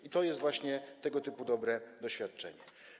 I to jest właśnie tego typu dobre doświadczenie.